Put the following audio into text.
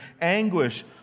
anguish